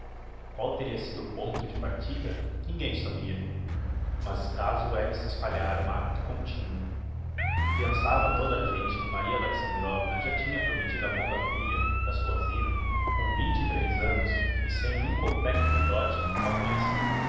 qual teria sido o ponto de partida ninguem o sabia mas caso é que se espalharam acto continuo afiançava toda a gente que maria alexandrovna já tinha promettido a mão da filha da sua zina com vinte e tres annos e sem um kopek de dote ao principe